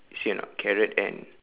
see or not carrot and